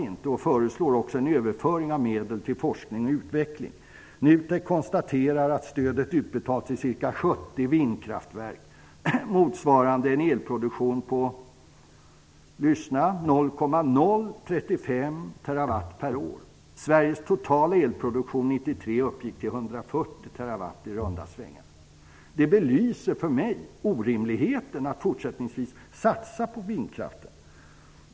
Man föreslår en överföring av medel till forskning och utveckling. NUTEK konstaterar att stödet har utbetalats till ca 70 vindkraftverk, motsvarande en elproduktion på -- lyssna! -- 0,035 uppgick till ca 140 TWh. Detta belyser orimligheten i att fortsättningsvis satsa på vindkraften.